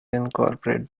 incorporate